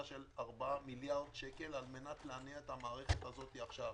של 4 מיליארד שקל כדי להניע את המערכת הזו עכשיו.